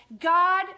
God